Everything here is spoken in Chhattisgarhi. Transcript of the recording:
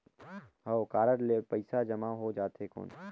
हव कारड ले पइसा जमा हो जाथे कौन?